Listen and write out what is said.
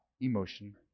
emotion